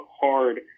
hard